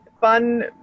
fun